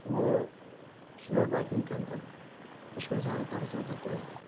وہ سلوڈ بائکنگ کے اندر اس کو زیادہ ترجیح دیتے ہیں